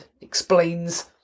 explains